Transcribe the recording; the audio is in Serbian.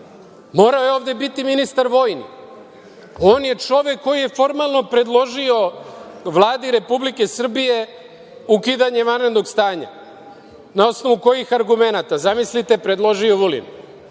Morao je ovde biti i ministar vojni. On je čovek koji je formalno predložio Vladi Republike Srbije ukidanje vanrednog stanja. Na osnovu kojih argumenata? Zamislite, predložio Vulin